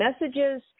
messages